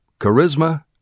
Charisma